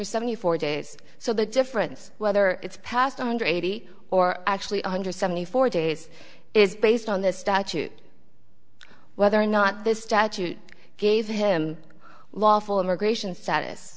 hundred seventy four days so the difference whether it's past one hundred eighty or actually under seventy four days is based on the statute whether or not this statute gave him lawful immigration status